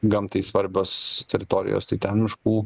gamtai svarbios teritorijos tai ten miškų